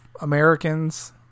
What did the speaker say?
Americans